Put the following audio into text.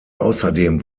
außerdem